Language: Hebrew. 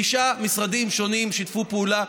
תשעה משרדים שונים שיתפו פעולה.